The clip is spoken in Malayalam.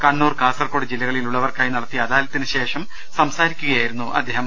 കണ്ണൂർ കാസർഗോഡ് ജില്ലകളിലുള്ളവർക്കായി ട നടത്തിയ അദാലത്തിന് ശേഷം സംസാരിക്കുകയായിരുന്നു അദ്ദേഹം